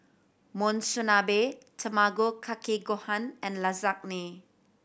Monsunabe Tamago Kake Gohan and Lasagne